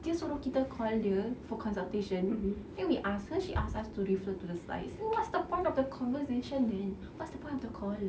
dia suruh kita call dia for consultation then we ask her she asked us to refer to the slides then what's the point of the conversation man what's the point of the call